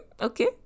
okay